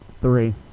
Three